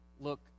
look